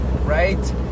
right